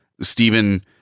Stephen